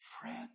Friend